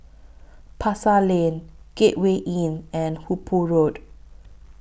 Pasar Lane Gateway Inn and Hooper Road